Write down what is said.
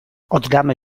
oddamy